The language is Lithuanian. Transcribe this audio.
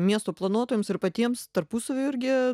miesto planuotojams ir patiems tarpusavy irgi